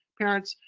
parents,